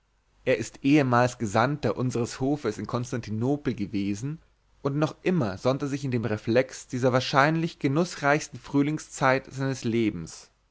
er ist ehemals gesandter unseres hofes in konstantinopel gewesen und noch immer sonnt er sich in dem reflex dieser wahrscheinlich genußreichsten frühlingszeit seines lebens